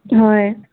হয়